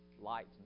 lights